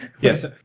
Yes